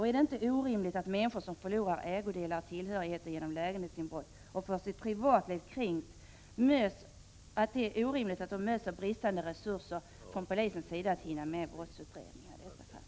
Är det inte orimligt att människor som förlorar ägodelar och tillhörigheter vid lägenhetsinbrott och får sitt privatliv kränkt möts av bristande resurser hos polisen när det gäller att hinna med brottsutredningar?